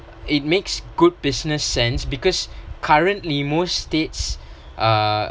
it makes good business sense because currently most states uh